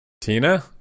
Tina